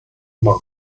monk